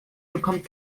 bekommt